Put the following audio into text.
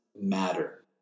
matter